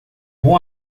bom